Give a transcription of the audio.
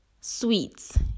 sweets